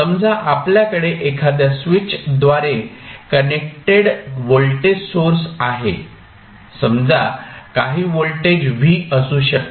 समजा आपल्याकडे एखाद्या स्विच द्वारे कनेक्टेड व्होल्टेज सोर्स आहे समजा काही व्होल्टेज V असू शकते